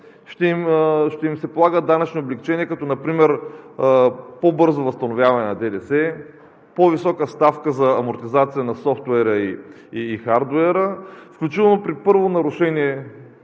ще им се полага данъчно облекчение, като например по-бързо възстановяване на ДДС, по-висока ставка за амортизация на софтуера и хардуера, включително при първо нарушение